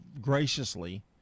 graciously